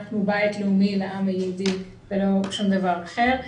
אנחנו בית לאומי לעם היהודי ולא שום דבר אחר.